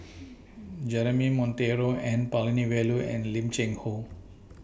Jeremy Monteiro N Palanivelu and Lim Cheng Hoe